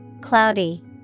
Cloudy